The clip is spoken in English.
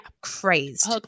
crazy